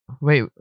Wait